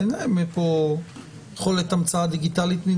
ממילא אין להן כאן יכולת המצאה דיגיטלית.